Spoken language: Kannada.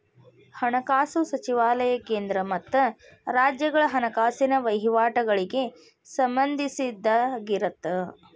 ಹಣಕಾಸು ಸಚಿವಾಲಯ ಕೇಂದ್ರ ಮತ್ತ ರಾಜ್ಯಗಳ ಹಣಕಾಸಿನ ವಹಿವಾಟಗಳಿಗೆ ಸಂಬಂಧಿಸಿದ್ದಾಗಿರತ್ತ